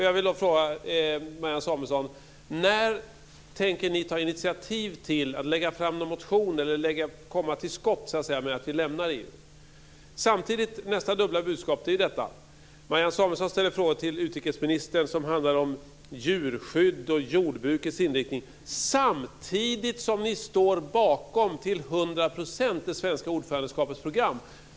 Jag vill då fråga Marianne Samuelsson: När tänker ni ta initiativ till och lägga fram en motion om eller komma till skott med att vi lämnar EU? Nästa dubbla budskap är detta. Marianne Samuelsson ställer frågor till utrikesministern som handlar om djurskydd och jordbrukets inriktning samtidigt som ni till hundra procent står bakom det svenska ordförandeskapets program.